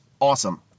awesome